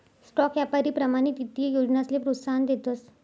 stock यापारी प्रमाणित ईत्तीय योजनासले प्रोत्साहन देतस